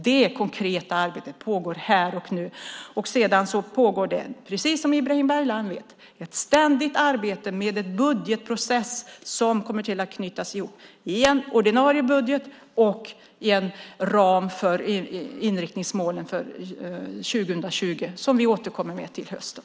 Det konkreta arbetet pågår här och nu. Sedan pågår det som Ibrahim Baylan vet ett ständigt arbete med en budgetprocess som kommer att knytas ihop i en ordinarie budget och i en ram för inriktningsmålen för 2020 som vi återkommer med till hösten.